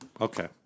Okay